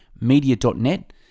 Media.net